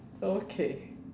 okay